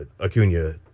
Acuna